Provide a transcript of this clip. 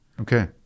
Okay